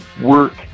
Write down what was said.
work